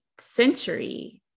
century